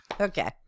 Okay